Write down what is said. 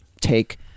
take